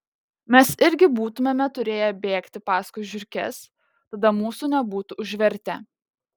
mes irgi būtumėme turėję bėgti paskui žiurkes tada mūsų nebūtų užvertę